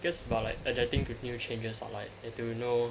cause while like adapting to new changes or like have to know